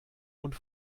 und